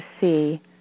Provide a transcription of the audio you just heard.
see